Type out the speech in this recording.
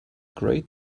great